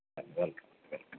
welcome welcome